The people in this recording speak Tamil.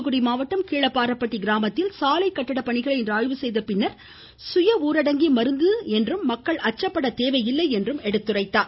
தூத்துகுடி மாவட்டம் கீழப்பாரப்பட்டி கிராமத்தில் சாலை கட்டிட பணிகளை இன்று ஆய்வு செய்த அவர் சுய ஊரடங்கே மருந்து என்றும் மக்கள் அச்சப்பட தேவையில்லை என்றும் கூறினார்